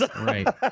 Right